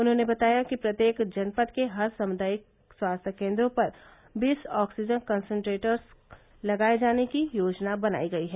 उन्होंने बताया कि प्रत्येक जनपद के हर सामुदायिक स्वास्थ्य केन्द्रों पर बीस ऑक्सीजन कंसेट्रेटर्स लगाये जाने की योजना बनाई गई है